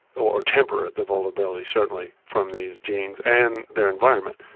or temper the vulnerability certainly from these genes and their environment.